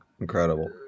incredible